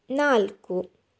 ನಾಲ್ಕು